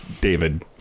david